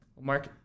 Mark